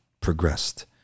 progressed